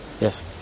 Yes